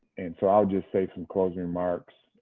and so i'll just say some closing remarks.